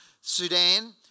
sudan